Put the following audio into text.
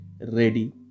ready